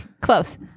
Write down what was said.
Close